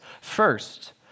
First